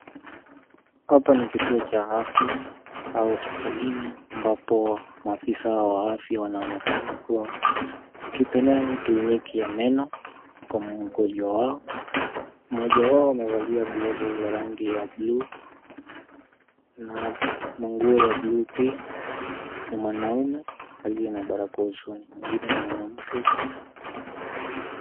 Hapa ni kituo cha afya au hospitalini ambapo maafisa wa afya wanaonekana kuwa wakipeana kliniki ya meno kwa mgonjwa wao. Mmoja wao amevalia glovu za rangi ya buluu na manguo ya buluu pia ni mwanaume aliye na barakoa usoni mwingine ni mwanamke.